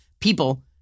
people-